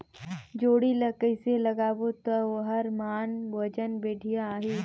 जोणी ला कइसे लगाबो ता ओहार मान वजन बेडिया आही?